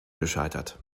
gescheitert